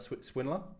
swindler